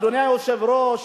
אדוני היושב-ראש,